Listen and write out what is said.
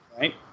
Right